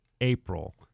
April